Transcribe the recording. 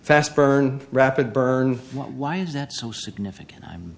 fast burn rapid burn why is that so significant